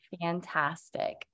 fantastic